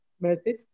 message